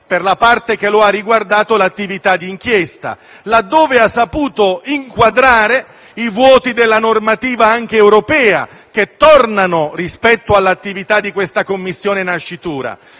per la parte che lo ha riguardato, l'attività di inchiesta, laddove ha saputo inquadrare i vuoti della normativa anche europea, che tornano, rispetto all'attività di questa Commissione nascitura,